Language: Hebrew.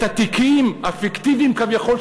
את התיקים הפיקטיביים כביכול,